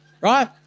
right